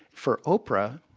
for oprah,